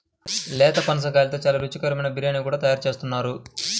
లేత పనసకాయతో చాలా రుచికరమైన బిర్యానీ కూడా తయారు చేస్తున్నారు